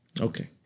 Okay